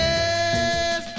Yes